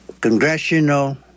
Congressional